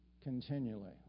continually